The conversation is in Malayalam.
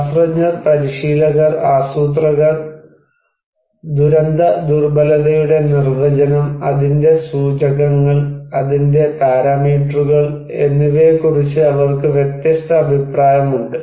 ശാസ്ത്രജ്ഞർ പരിശീലകർ ആസൂത്രകർ ദുരന്തദുർബലതയുടെ നിർവചനം അതിന്റെ സൂചകങ്ങൾ അതിന്റെ പാരാമീറ്ററുകൾ എന്നിവയെക്കുറിച്ച് അവർക്ക് വ്യത്യസ്ത അഭിപ്രായമുണ്ട്